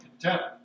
contempt